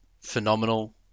phenomenal